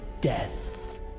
death